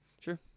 Sure